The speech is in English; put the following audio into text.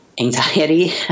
anxiety